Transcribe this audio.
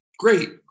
great